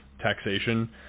taxation